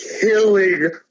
killing